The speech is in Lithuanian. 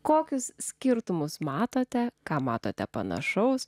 kokius skirtumus matote ką matote panašaus